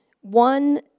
one